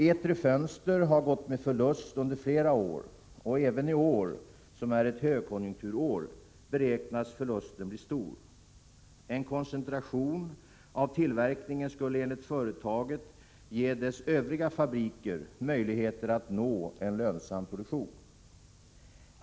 Etri Fönster har gått med förlust under flera år. Även i år, som är ett högkonjunkturår, beräknas förlusten bli stor. En koncentration av tillverkningen skulle enligt företaget ge dess övriga fabriker möjlighet att nå en lönsam produktion.